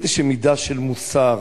איזו מידה של מוסר,